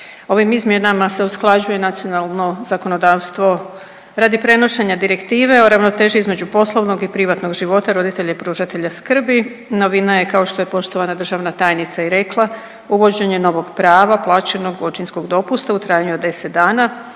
Ovim izmjenama se usklađuje nacionalno zakonodavstvo radi prenošenja Direktive o ravnoteži između poslovnog i privatnog života roditelja i pružatelja skrbi. Novina je, kao što je poštovana državna tajnica i rekla, uvođenje novog prava, plaćenog očinskog dopusta u trajanju od 10 dana